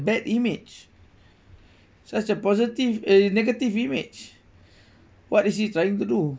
bad image such a positive uh negative image what is he trying to do